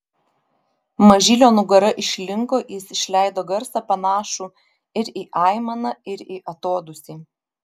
mažylio nugara išlinko jis išleido garsą panašų ir į aimaną ir į atodūsį